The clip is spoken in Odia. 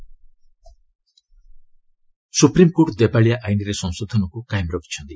ଏସ୍ସି ଆଇବିସି ସୁପ୍ରିମକୋର୍ଟ ଦେବାଳିଆ ଆଇନ୍ରେ ସଂଶୋଧନକୁ କାଏମ ରଖିଛନ୍ତି